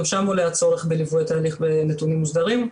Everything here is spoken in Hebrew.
גם שם עולה הצורך בליווי התהליך בנתונים מוסדרים,